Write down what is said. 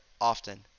often